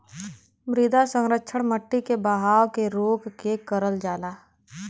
मृदा संरक्षण मट्टी के बहाव के रोक के करल जाला